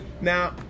Now